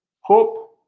Hope